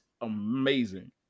amazing